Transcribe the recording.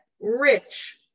rich